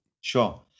Sure